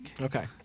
Okay